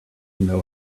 know